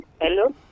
Hello